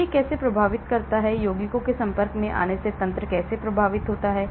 तो यह कैसे प्रभावित करता है यौगिकों के संपर्क में आने से तंत्र कैसे प्रभावित होता है